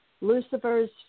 Lucifer's